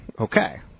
Okay